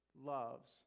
loves